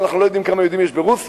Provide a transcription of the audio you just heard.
אנחנו לא יודעים כמה יהודים יש ברוסיה,